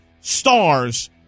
stars